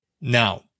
Now